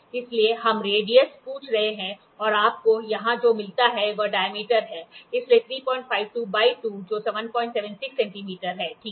इसलिए हम रेडियस पूछ रहे हैं और आपको यहां जो मिलता है वह डायमीटर है इसलिए 352 बाय 2 जो 176 सेंटीमीटर ठीक है